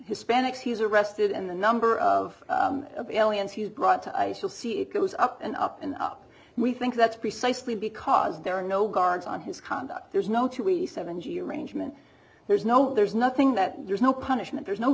hispanics he's arrested and the number of aliens he's brought to i still see it goes up and up and up we think that's precisely because there are no guards on his conduct there's no two we seven g arrangement there's no there's nothing that there's no punishment there's no